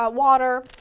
ah water,